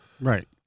Right